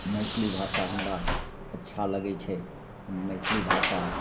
मैथिली भाषा हमरा अच्छा लगै छै हम मैथिली भाषा